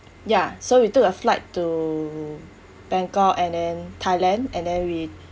ya so we took a flight to bangkok and then thailand and then we